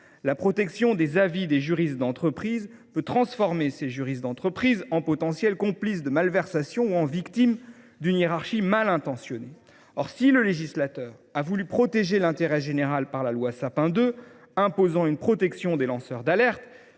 La protection des avis qu’il rend peut transformer le juriste d’entreprise en complice de malversations ou, à l’inverse, en victime d’une hiérarchie mal intentionnée. Si le législateur a voulu protéger l’intérêt général par la loi Sapin 2, imposant une protection des lanceurs d’alerte,